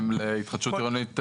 הם להתחדשות עירונית,